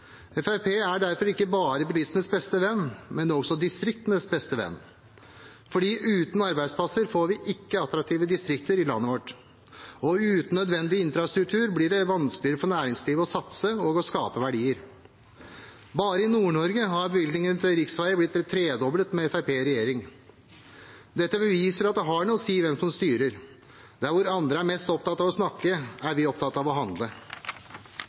Fremskrittspartiet er derfor ikke bare bilistenes beste venn, men også distriktenes beste venn, for uten arbeidsplasser får vi ikke attraktive distrikter i landet vårt. Og uten nødvendig infrastruktur blir det vanskeligere for næringslivet å satse og å skape verdier. Bare i Nord-Norge har bevilgningene til riksveier blitt tredoblet med Fremskrittspartiet i regjering. Dette beviser at det har noe å si hvem som styrer. Der andre er mest opptatt av å snakke, er vi opptatt av å handle.